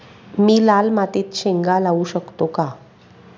मी लाल मातीत शेंगा लावू शकतो का?